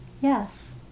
Yes